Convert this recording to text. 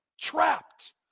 trapped